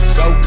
go